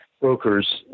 brokers